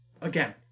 again